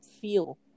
feel